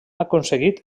aconseguit